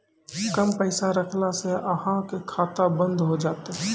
कम पैसा रखला से अहाँ के खाता बंद हो जैतै?